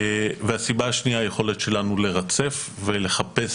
הסיבה השנייה היא היכולת שלנו לרצף ולחפש